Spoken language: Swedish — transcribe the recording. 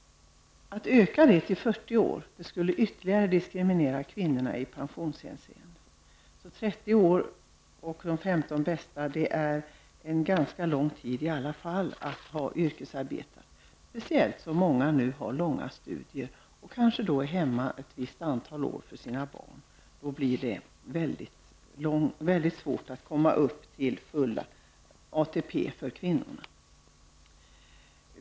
En ökning till 40 år skulle ytterligare diskriminera kvinnorna i pensionshänseende. 30 år -- av vilka man räknar med de 15 bästa -- är i varje fall en ganska lång tid när det gäller att ha yrkesarbete, speciellt som många nu har långa studier och kanske är hemma ett visst antal år för sina barn. Då blir det mycket svårt för kvinnorna att komma upp till full ATP.